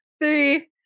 three